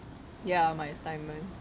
ya my assignment